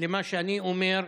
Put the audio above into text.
למה שאני אומר,